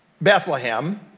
Bethlehem